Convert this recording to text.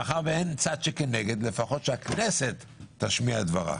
מאחר שאין צד שכנגד - לפחות שהכנסת תשמיע את דברה.